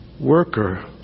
worker